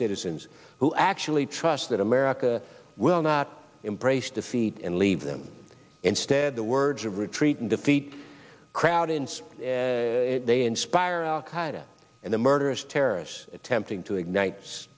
citizens who actually trust that america will not embrace defeat and leave them instead the words of retreat and defeat crowd in so they inspire al qaeda and the murderous terrorists attempting to ignites